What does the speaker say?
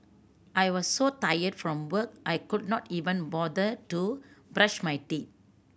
I was so tired from work I could not even bother to brush my teeth